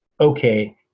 okay